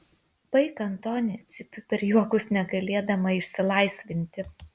baik antoni cypiu per juokus negalėdama išsilaisvinti